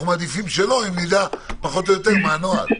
אנחנו מעדיפים שלא, אם נדע פחות או יותר מה הנוהל.